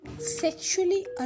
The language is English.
sexually